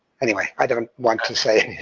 anyway. i don't want to say